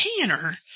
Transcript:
Tanner